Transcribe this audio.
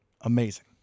amazing